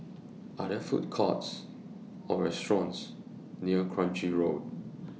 Are There Food Courts Or restaurants near Kranji Road